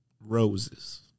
roses